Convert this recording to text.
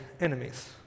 enemies